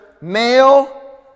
male